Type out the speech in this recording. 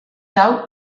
hau